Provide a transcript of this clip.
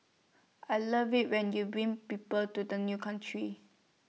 I love IT when you bring people to the new country